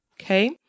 Okay